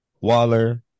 Waller